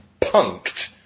punked